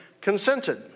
consented